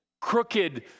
crooked